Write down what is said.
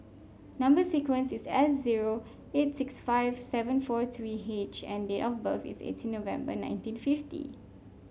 number sequence is S zero eight six five seven four three H and date of birth is eighteen November nineteen fifty